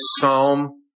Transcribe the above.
psalm